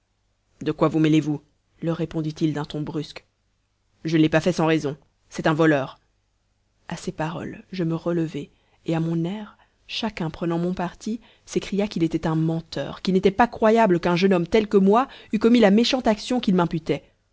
de quoi vous mêlez-vous leur répondit-il d'un ton brusque je ne l'ai pas fait sans raison c'est un voleur à ces paroles je me relevai et à mon air chacun prenant mon parti s'écria qu'il était un menteur qu'il n'était pas croyable qu'un jeune homme tel que moi eût commis la méchante action qu'il